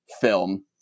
film